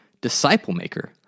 disciple-maker